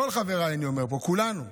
לכל חבריי אני אומר פה: כולנו,